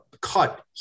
cut